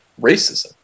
racism